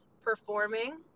performing